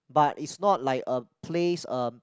but is not like a place um